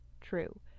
true